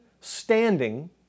standing